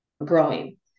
growing